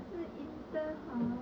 可是 intern hor